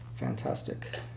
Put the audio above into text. Fantastic